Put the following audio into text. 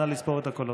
נא לספור את הקולות.